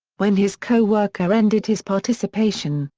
when his co-worker ended his participation,